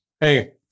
Hey